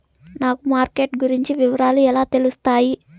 నాకు మార్కెట్ గురించి వివరాలు ఎలా తెలుస్తాయి?